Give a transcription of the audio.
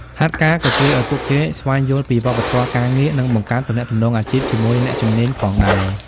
ហាត់ការក៏ជួយឱ្យពួកគេស្វែងយល់ពីវប្បធម៌ការងារ និងបង្កើតទំនាក់ទំនងអាជីព ជាមួយអ្នកជំនាញផងដែរ។